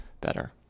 better